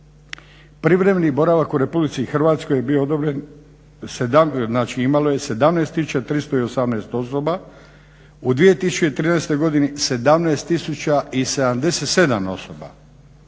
privremeni boravak u Republici Hrvatskoj je bio odobren, znači imalo je 17318 osoba. U 2013. godini 17077 osoba.